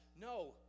no